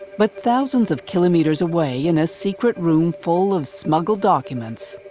but thousands of kilometres away, in a secret room full of smuggled documents,